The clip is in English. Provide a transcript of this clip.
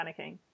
panicking